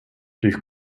durch